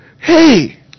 hey